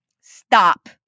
stop